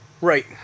Right